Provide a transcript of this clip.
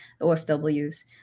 OFWs